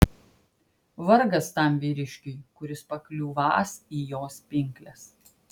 vargas tam vyriškiui kuris pakliūvąs į jos pinkles